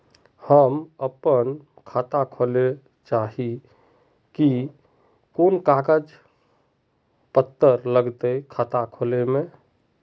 हम अपन खाता खोले चाहे ही कोन कागज कागज पत्तार लगते खाता खोले में?